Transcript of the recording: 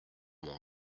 mon